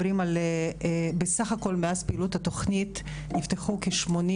בסך הכול מאז פעילות התוכנית נפתחו כ-80,